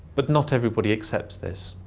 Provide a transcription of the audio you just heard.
but not everybody accepts this.